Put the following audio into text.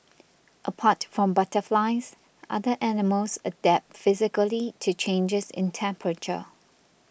apart from butterflies other animals adapt physically to changes in temperature